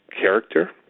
character